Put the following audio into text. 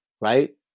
right